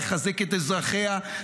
תחזק את אזרחיה,